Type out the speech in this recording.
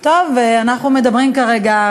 אנחנו מדברים כרגע,